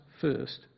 first